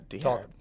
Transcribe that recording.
talk